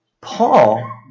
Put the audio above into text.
Paul